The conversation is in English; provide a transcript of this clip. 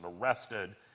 arrested